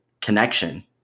connection